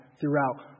throughout